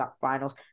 Finals